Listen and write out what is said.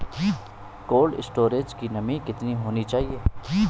Cold storage की नमी कितनी होनी चाहिए?